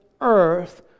earth